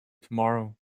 tomorrow